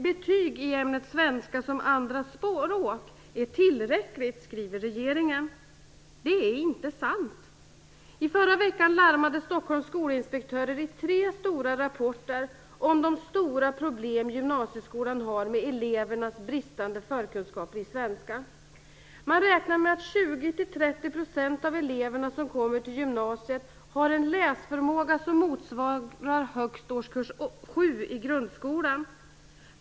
Betyg i ämnet svenska som andraspråk är tillräckligt, skriver regeringen. Det är inte sant. Förra veckan larmade Stockholms skolinspektörer i tre stora rapporter om de stora problem som gymnasieskolan har med elevernas bristande förkunskaper i svenska. Man räknar med att 20-30 % av de elever som kommer till gymnasiet har en läsförmåga som motsvarar högst vad som gäller för årskurs 7 i grundskolan.